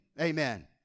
Amen